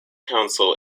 council